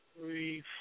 three